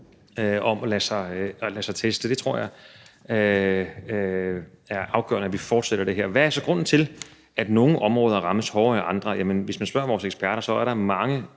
om at lade sig teste. Det tror jeg er afgørende, altså at vi fortsætter det her. Hvad er så grunden til, at nogle områder rammes hårdere end andre? Jamen hvis man spørger vores eksperter, er der mange